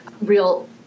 real